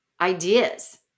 ideas